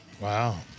Wow